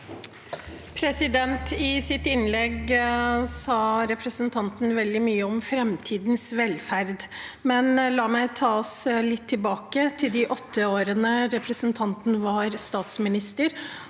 I sitt innlegg sa re- presentanten veldig mye om framtidens velferd, men la meg ta oss litt tilbake til de åtte årene representanten var statsminister,